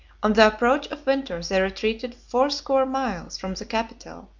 on the approach of winter they retreated fourscore miles from the capital,